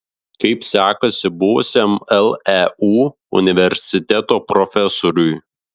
kaip sekasi buvusiam leu universiteto profesoriui